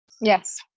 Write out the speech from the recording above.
Yes